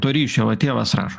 to ryšio va tėvas rašo